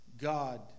God